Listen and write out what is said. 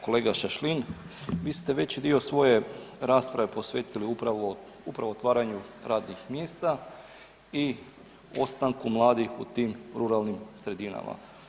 Kolega Šašlin vi ste veći dio svoje rasprave posvetili upravo, upravo otvaranju radnih mjesta i ostankom mladih u tim ruralnim sredinama.